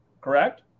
correct